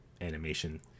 animation